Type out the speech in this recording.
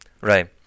Right